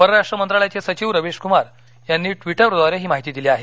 परराष्ट्र मंत्रालयाचे सचिव रविश कुमार यांनी ट्विटरद्वारे ही माहिती दिली आहे